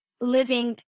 living